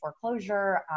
foreclosure